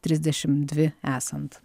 trisdešim dvi esant